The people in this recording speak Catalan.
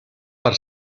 per